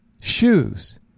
Shoes